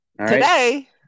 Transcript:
Today